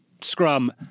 scrum